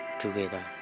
together